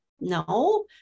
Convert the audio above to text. No